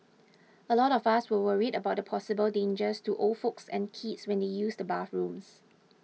a lot of us are worried about the possible dangers to old folks and kids when they use the bathrooms